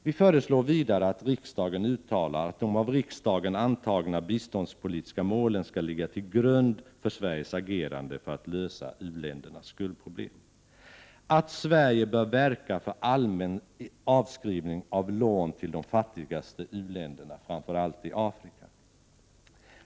Vi föreslår vidare att riksdagen uttalar att de av riksdagen antagna biståndspolitiska målen skall ligga till grund för Sveriges agerande för att lösa u-ländernas skuldproblem och att Sverige bör verka för allmän avskrivning av lån till de fattigaste u-länderna, framför allt i Afrika.